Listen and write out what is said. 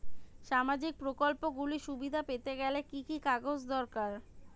সামাজীক প্রকল্পগুলি সুবিধা পেতে গেলে কি কি কাগজ দরকার?